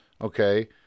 Okay